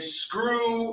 screw